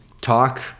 talk